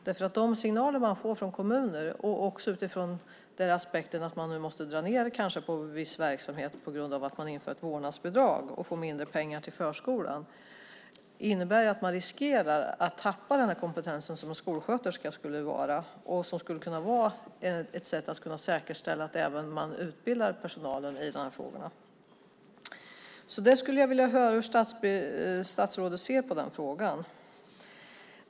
De signaler man får från kommuner - också utifrån aspekten att man nu kanske måste dra ned på viss verksamhet på grund av att vårdnadsbidraget införs och det blir mindre pengar till förskolan - är att man riskerar att tappa den kompetens som en skolsköterska skulle innebära och som skulle kunna vara ett sätt att säkerställa att personalen utbildas i de här frågorna. Jag skulle vilja höra hur statsrådet ser på detta.